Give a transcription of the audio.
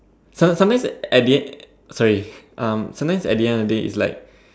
some sometimes at the end sorry um sometimes at the end of the day is like